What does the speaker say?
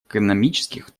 экономических